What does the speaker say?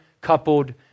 coupled